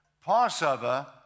Passover